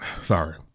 Sorry